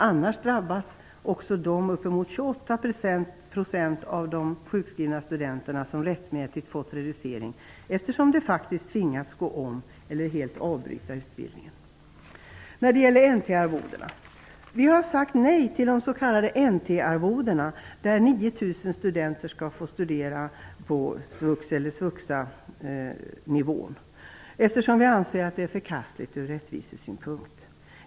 Annars drabbas också de uppemot 28 % av de sjukskrivna studenter som rättmätigt fått reducering, eftersom de faktiskt tvingas gå om eller helt avbryta utbildningen. Vi har sagt nej till N/T-arvodena, som innebär att SVUXA-nivå. Vi anser att det är förkastligt ur rättvisesynpunkt.